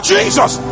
Jesus